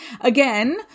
Again